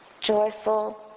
joyful